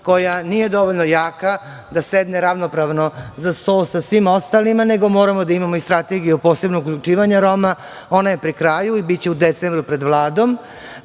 koja nije dovoljno jaka da sedne ravnopravno za sto sa svima ostalima, nego moramo da imamo i strategiju posebnog uključivanje Roma. Ona je pri kraju i biće u decembru pred Vladom.